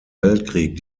weltkrieg